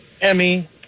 Emmy